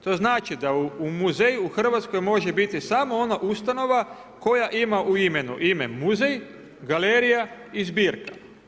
To znači da u muzeju u Hrvatskoj može biti samo ona ustanova koja ima u imenu ime muzej, galerija i zbirka.